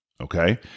Okay